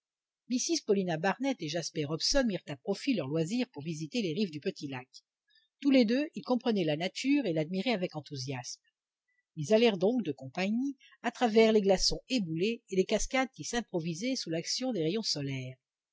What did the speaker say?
mrs paulina barnett et jasper hobson mirent à profit leurs loisirs pour visiter les rives du petit lac tous les deux ils comprenaient la nature et l'admiraient avec enthousiasme ils allèrent donc de compagnie à travers les glaçons éboulés et les cascades qui s'improvisaient sous l'action des rayons solaires